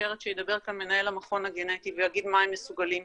ידבר כאן מנהל המכון הגנטי ויגיד מה הם מסוגלים.